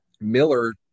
Miller